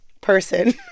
person